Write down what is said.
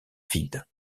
vide